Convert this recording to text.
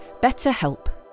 BetterHelp